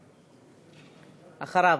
אחריו.